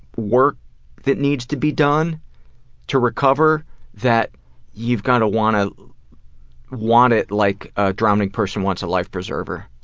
work that needs to be done to recover that you've gotta want to want it like a drowning person wants a life preserver.